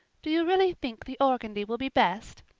do you really think the organdy will be best?